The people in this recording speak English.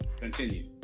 continue